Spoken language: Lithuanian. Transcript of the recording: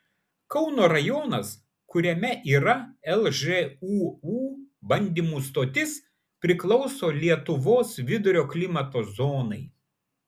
kauno rajonas kuriame yra lžūu bandymų stotis priklauso lietuvos vidurio klimato zonai